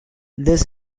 this